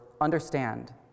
understand